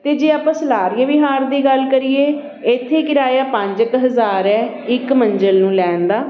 ਅਤੇ ਜੇ ਆਪਾਂ ਸਲਾਰੀਆ ਵਿਹਾਰ ਦੀ ਗੱਲ ਕਰੀਏ ਇੱਥੇ ਕਿਰਾਇਆ ਪੰਜ ਕੁ ਹਜ਼ਾਰ ਹੈ ਇੱਕ ਮੰਜ਼ਿਲ ਨੂੰ ਲੈਣ ਦਾ